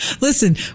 Listen